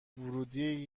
ورودی